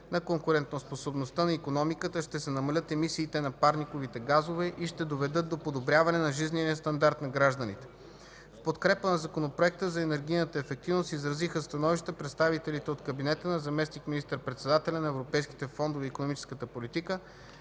на конкурентоспособността на икономиката, ще се намалят емисиите на парниковите газове и ще доведат до подобряване на жизнения стандарт на гражданите. В подкрепа на законопроекта за енергийната ефективност изразиха становища представителите от кабинета на заместник министър-председателя по европейските фондове и икономическа политика